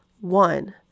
one